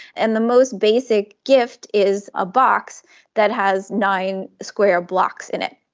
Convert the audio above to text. and the most basic gift is a box that has nine square blocks in it.